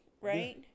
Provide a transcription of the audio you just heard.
Right